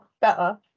better